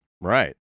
Right